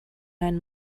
ein